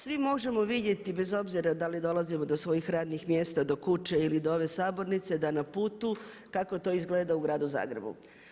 Svi možemo vidjeti bez obzira da li dolazimo do svojih radnih mjesta, do kuće ili do ove sabornice da na putu kako to izgleda u Gradu Zagrebu.